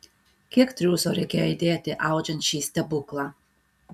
kiek triūso reikėjo įdėti audžiant šį stebuklą